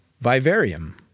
vivarium